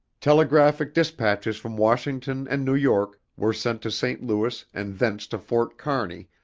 telegraphic dispatches from washington and new york were sent to st. louis and thence to fort kearney,